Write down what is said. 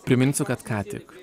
priminsiu kad ką tik